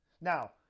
Now